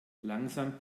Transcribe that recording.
langsam